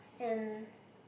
and